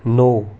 نوٚو